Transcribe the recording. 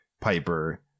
Piper